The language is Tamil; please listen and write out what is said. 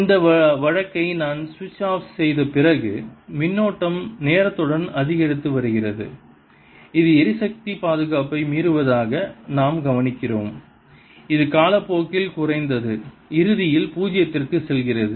இந்த வழக்கை நான் சுவிட்ச் ஆஃப் செய்த பிறகு மின்னோட்டம் நேரத்துடன் அதிகரித்து வருகிறது இது எரிசக்தி பாதுகாப்பை மீறுவதாக நாம் கவனிக்கிறோம் இது காலப்போக்கில் குறைந்து இறுதியில் பூஜ்ஜியத்திற்கு செல்கிறது